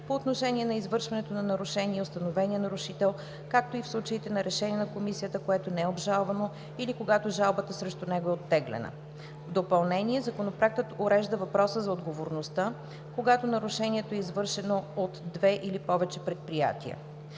по отношение на извършването на нарушение и установения нарушител, както и в случаите на решение на Комисията, което не е обжалвано или когато жалбата срещу него е оттеглена. В допълнение, Законопроектът урежда въпроса за отговорността, когато нарушението е извършено от две или повече предприятия.